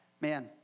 man